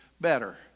better